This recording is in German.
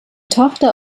tochter